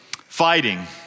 fighting